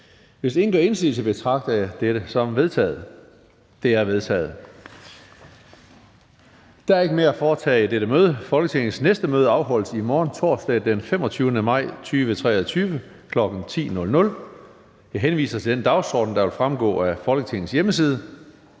formanden Tredje næstformand (Karsten Hønge): Der er ikke mere at foretage i dette møde. Folketingets næste møde afholdes i morgen, torsdag den 25. maj 2023, kl. 10.00. Jeg henviser til den dagsorden, der vil fremgå af Folketingets hjemmeside.